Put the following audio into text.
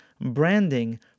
branding